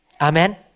Amen